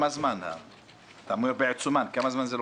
זה לוקח?